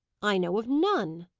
i know of none.